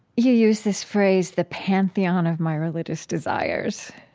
you use this phrase the pantheon of my religious desires,